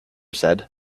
said